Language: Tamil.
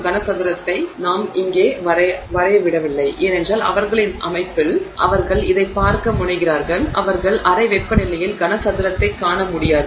கனசதுரத்தை நாம் இங்கே வரையவிடவில்லை ஏனென்றால் அவர்களின் அமைப்பில் அவர்கள் இதைப் பார்க்க முனைகிறார்கள் அவர்கள் அறை வெப்பநிலையில் கனசதுரத்தைக் காண முடியாது